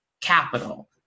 capital